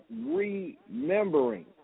remembering